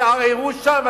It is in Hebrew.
תערערו שם,